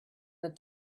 that